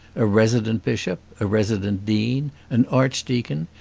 a resident bishop, a resident dean, an archdeacon,